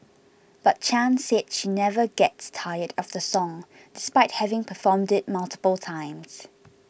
but Chan said she never gets tired of the song despite having performed it multiple times